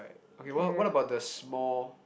okay what what about the small